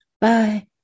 Bye